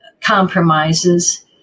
compromises